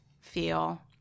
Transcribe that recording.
feel –